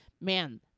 man